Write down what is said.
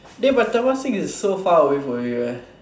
the but Temasek is so far away from here eh